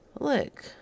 Look